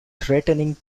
threatening